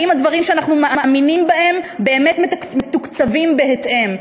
האם הדברים שאנחנו מאמינים בהם באמת מתוקצבים בהתאם.